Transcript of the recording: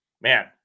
Man